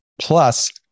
Plus